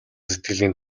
сэтгэлийн